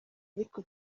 ariko